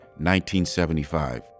1975